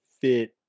Fit